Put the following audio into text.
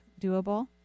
doable